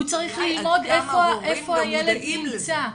הוא צריך ללמוד איפה הילד נמצא,